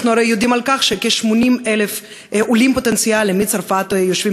אנחנו הרי יודעים שכ-80,000 עולים פוטנציאליים מצרפת יושבים